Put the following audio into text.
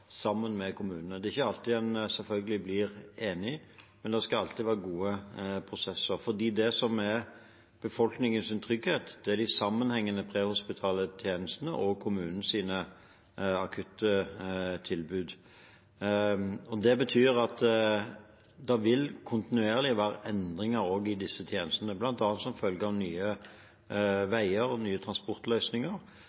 sammen med kommunene. Det er selvfølgelig ikke alltid en blir enig, men det skal alltid være gode prosesser, for det som er befolkningens trygghet, er de sammenhengende prehospitale tjenestene og kommunens akuttilbud. Det betyr at det vil kontinuerlig være endringer også i disse tjenestene, bl.a. som følge av nye